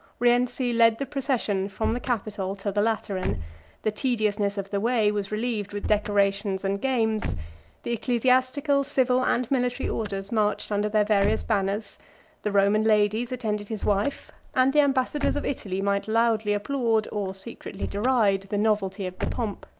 rienzi led the procession from the capitol to the lateran the tediousness of the way was relieved with decorations and games the ecclesiastical, civil, and military orders marched under their various banners the roman ladies attended his wife and the ambassadors of italy might loudly applaud or secretly deride the novelty of the pomp.